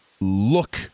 look